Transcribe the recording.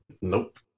Nope